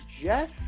Jeff